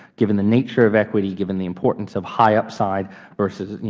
given the nature of equity, given the importance of high upside versus, you